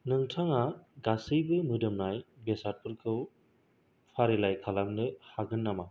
नोंथाङा गासैबो मोदोमनाय बेसादफोरखौ फारिलाइ खालामनो हागोन नामा